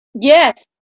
Yes